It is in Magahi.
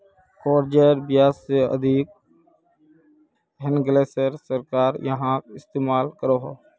कर्जेर ब्याज से अधिक हैन्गेले सरकार याहार इस्तेमाल करोह